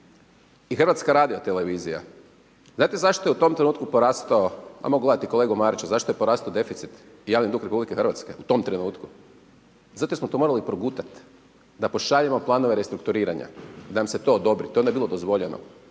Airlines i HŽ. I HRT. Znate zašto je u tom trenutku porastao, ajmo gledati kolegu Marića, zašto je porastao deficit, javni dug RH u tom trenutku? Zato jer smo to morali progutati da pošaljemo planove restrukturiranja, da nam se to odobri, to je onda bilo dozvoljeno.